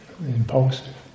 Impulsive